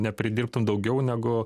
nepridirbtum daugiau negu